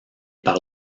par